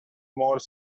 more